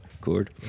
Cord